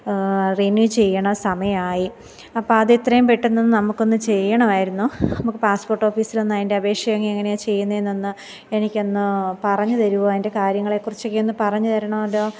renew ചെയ്യുന്ന സമയമായി അപ്പോൾ അത് എത്രയും പെട്ടെന്ന് നമുക്കൊന്ന് ചെയ്യണമായിരുന്നു നമുക്ക് പാസ്പോർട്ട് ഓഫീസിലൊന്ന് അതിൻ്റെ അപേക്ഷയൊക്കെ എങ്ങനെയാണ് ചെയ്യുന്നതെന്നൊന്ന് എനിക്കൊന്ന് പറഞ്ഞു തരുമോ അതിൻ്റെ കാര്യങ്ങളെ കുറിച്ചൊക്കെ ഒന്ന് പറഞ്ഞു തരണമല്ലോ